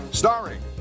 starring